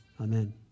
Amen